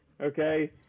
Okay